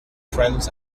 friends